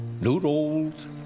Noodles